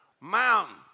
Mountain